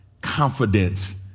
confidence